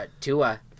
Tua